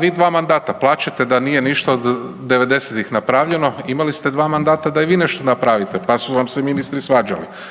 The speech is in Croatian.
vi dva amandmana. Plačete da nije ništa od devedesetih napravljeno. Imali ste dva mandata da i vi nešto napravite, pa su vam se ministri svađali.